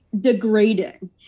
degrading